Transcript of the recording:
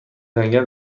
جنگل